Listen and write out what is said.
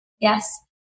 yes